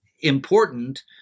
important